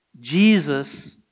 Jesus